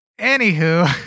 Anywho